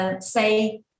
say